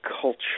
culture